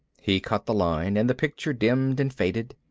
he cut the line and the picture dimmed and faded.